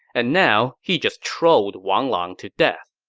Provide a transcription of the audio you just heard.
and now, he just trolled wang lang to death